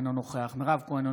אינו נוכח מירב כהן,